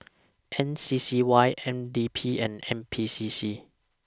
M C C Y N D P and N P C C